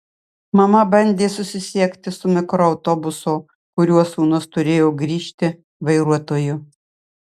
mama bandė susisiekti su mikroautobuso kuriuo sūnus turėjo grįžti vairuotoju